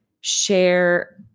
share